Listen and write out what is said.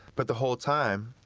but the whole time,